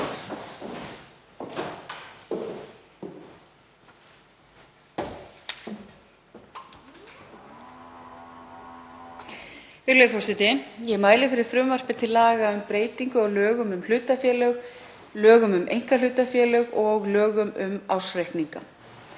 Virðulegi forseti. Ég mæli fyrir frumvarpi til laga um breytingu á lögum um hlutafélög, lögum um einkahlutafélög og lögum um ársreikninga.